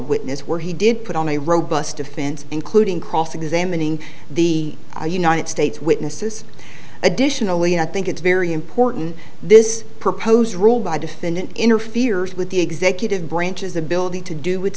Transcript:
witness where he did put on a robust defense including cross examining the united states witnesses additionally and i think it's very important this proposed rule by defendant interferes with the executive branch's ability to do it